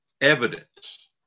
evidence